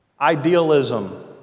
Idealism